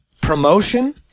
promotion